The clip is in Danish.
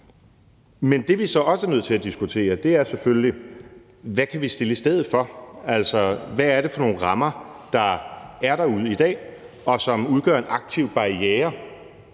Men det, vi så også er nødt til at diskutere, er selvfølgelig, hvad vi kan stille i stedet for. Altså, hvad er det for nogle rammer, der er derude i dag, og som udgør en aktiv barriere,